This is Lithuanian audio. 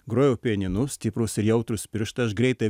grojau pianinu stiprūs ir jautrūs pirštai aš greitai